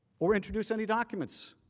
or introduce any documents.